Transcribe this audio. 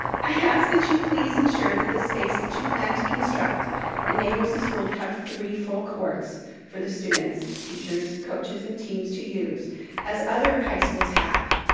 i ask that you please ensure that the space you plan to construct enables the school to have three full courts for the students, teachers, coaches, and teams to use as other high schools have.